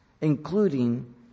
including